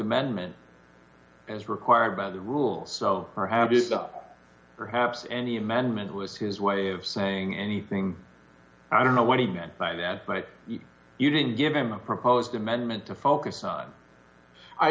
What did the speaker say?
amendment as required by the rules or how did the perhaps any amendment was his way of saying anything i don't know what he meant by that but you didn't give him a proposed amendment to focus